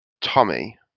Tommy